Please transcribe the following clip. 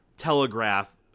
Telegraph